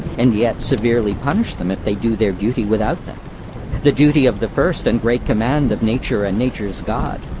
and yet severely punish them if they do their duty without them the duty of the first and great command of nature and nature's god,